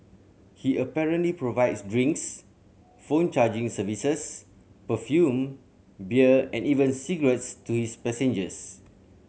he apparently provides drinks phone charging services perfume beer and even cigarettes to his passengers